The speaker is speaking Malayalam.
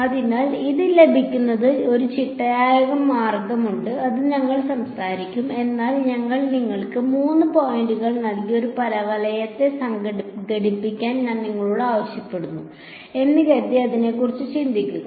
അതിനാൽ ഇത് ചെയ്യുന്നതിന് ഒരു ചിട്ടയായ മാർഗമുണ്ട് അത് ഞങ്ങൾ സംസാരിക്കും എന്നാൽ ഞാൻ നിങ്ങൾക്ക് മൂന്ന് പോയിന്റുകൾ നൽകി ഒരു പരവലയ ഘടിപ്പിക്കാൻ ഞാൻ നിങ്ങളോട് ആവശ്യപ്പെട്ടു എന്ന് കരുതി അതിനെക്കുറിച്ച് ചിന്തിക്കുക